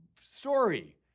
story